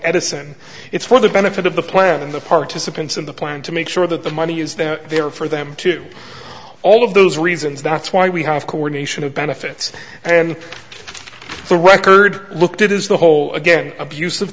edison it's for the benefit of the plan and the participants in the plan to make sure that the money is there there for them to all of those reasons that's why we have coordination of benefits and the record looked at is the whole again abus